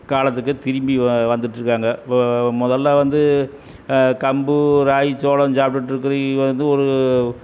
காலத்துக்கு திரும்பி வந்துகிட்ருக்காங்க முதல்ல வந்து கம்பு ராகி சோளம் சாப்பிடுட்ருக்குறவை வந்து ஒரு